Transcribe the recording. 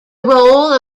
role